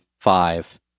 five